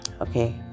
Okay